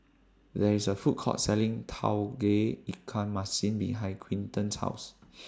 There IS A Food Court Selling Tauge Ikan Masin behind Quinten's House